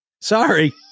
sorry